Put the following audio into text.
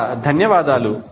చాలా ధన్యవాదాలు